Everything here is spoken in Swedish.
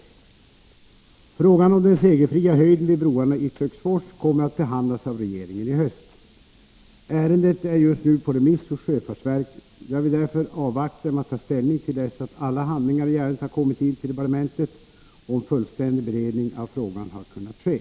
Frågan om den segelfria höjden vid broarna i Töcksfors kommer att behandlas av regeringen i höst. Ärendet är just nu på remiss hos sjöfartsverket. Jag vill därför avvakta med att ta ställning till dess att alla handlingar i ärendet har kommit in till departementet och en fullständig beredning av frågan har kunnat ske.